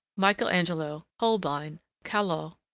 michael angelo, holbein, callot,